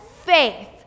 faith